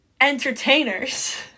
entertainers